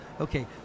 okay